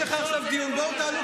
סליחה,